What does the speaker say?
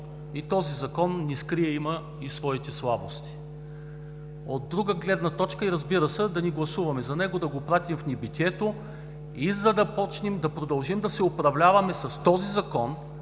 Този Закон – не крия, че има и своите слабости. От друга гледна точка, разбира се, да не гласуваме за него, да го пратим в небитието и да продължим да се управляваме с този Закон,